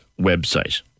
website